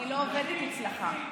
אני קראתי את מה שאמרת.